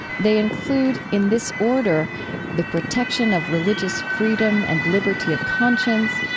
they include in this order the protection of religious freedom and liberty of conscience,